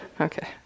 Okay